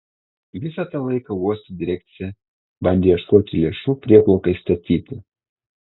visą tą laiką uosto direkcija bandė ieškoti lėšų prieplaukai statyti